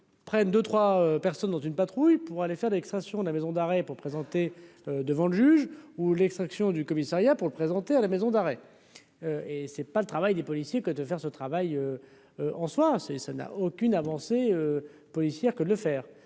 prennent deux 3 personnes dont une patrouille pour aller faire de l'extension de la maison d'arrêt pour présenter devant le juge. Ou l'extraction du commissariat pour le présenter à la maison d'arrêt et c'est pas le travail des policiers que de faire ce travail, en soi c'est ça n'a aucune avancée policière que le faire